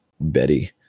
betty